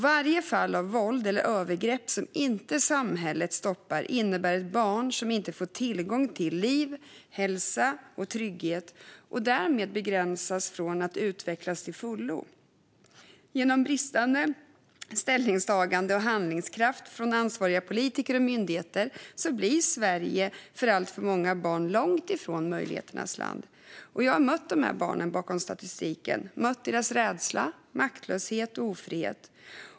Varje fall av våld eller övergrepp som samhället inte stoppar innebär ett barn som inte får tillgång till liv, hälsa och trygghet och därmed begränsas från att utvecklas till fullo. Genom bristande ställningstagande och handlingskraft från ansvariga politiker och myndigheter blir Sverige för alltför många barn långt ifrån möjligheternas land. Jag har mött de barnen bakom statistiken. Jag har mött deras rädsla, maktlöshet och ofrihet.